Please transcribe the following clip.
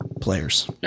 players